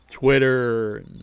Twitter